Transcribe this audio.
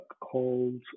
called